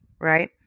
right